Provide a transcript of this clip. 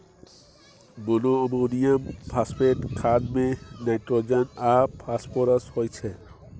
monoammonium phosphate खाद मे nitrogen आ फास्फोरस होइ छै